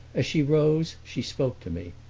as she rose she spoke to me,